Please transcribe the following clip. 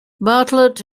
bartlett